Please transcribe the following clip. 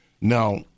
Now